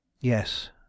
Yes